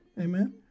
amen